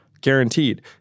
Guaranteed